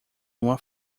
uma